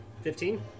Fifteen